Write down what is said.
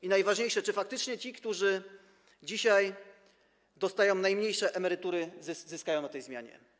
I najważniejsze: Czy faktycznie ci, którzy dzisiaj dostają najmniejsze emerytury, zyskają na tej zmianie?